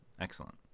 excellent